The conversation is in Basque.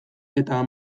eta